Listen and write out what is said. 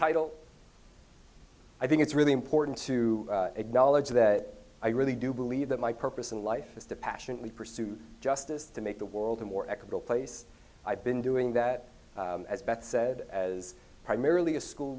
title i think it's really important to acknowledge that i really do believe that my purpose in life is to passionately pursue justice to make the world a more equitable place i've been doing that as beth said as primarily a school